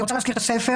אני רוצה להזכיר את הספר